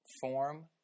form